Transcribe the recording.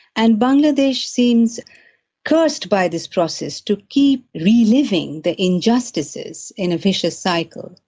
and bangladesh seems cursed by this process to keep re-living the injustices in a vicious cycle.